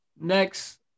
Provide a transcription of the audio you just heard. next